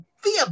via